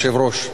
אדוני היושב-ראש?